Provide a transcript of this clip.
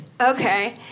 okay